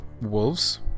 wolves